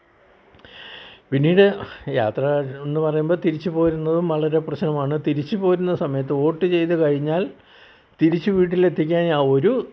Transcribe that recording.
പിന്നീട് യാത്ര എന്ന് പറയുമ്പോൾ തിരിച്ച് പോരുന്നതും വളരെ പ്രശ്നമാണ് തിരിച്ച് പോരുന്ന സമയത്ത് വോട്ട് ചെയ്ത് കഴിഞ്ഞാൽ തിരിച്ച് വീട്ടിലെത്തിക്കാൻ ഒരു